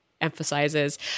emphasizes